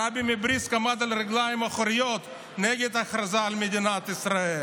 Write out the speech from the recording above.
הרבי מבריסק עמד על הרגליים האחוריות נגד ההכרזה על מדינת ישראל.